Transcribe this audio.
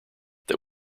that